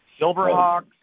Silverhawks